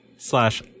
slash